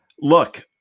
Look